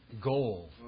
goal